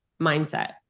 mindset